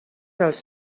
dels